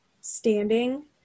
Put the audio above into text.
standing